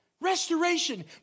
restoration